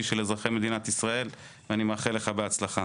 של אזרחי מדינת ישראל ואני מאחל לך בהצלחה.